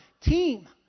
Team